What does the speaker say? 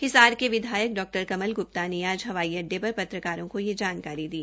हिसार के विधायक डॉ कमल ग्प्ता ने आज हवाई अड्डे पर पत्रकारों को यह जानकारी दी